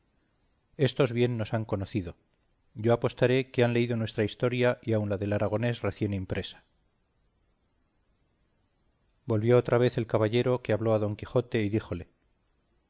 éstos bien nos han conocido yo apostaré que han leído nuestra historia y aun la del aragonés recién impresa volvió otra vez el caballero que habló a don quijote y díjole